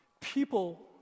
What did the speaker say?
People